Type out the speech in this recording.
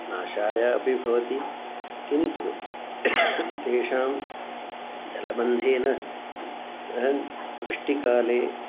नाशाय अपि भवति किन्तु तेषां जलबन्धेन वृष्टिकाले